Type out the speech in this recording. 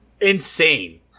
Insane